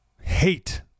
Hate